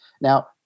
now